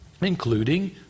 including